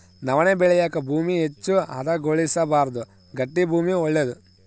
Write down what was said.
ನವಣೆ ಬೆಳೆಯಾಕ ಭೂಮಿ ಹೆಚ್ಚು ಹದಗೊಳಿಸಬಾರ್ದು ಗಟ್ಟಿ ಭೂಮಿ ಒಳ್ಳೇದು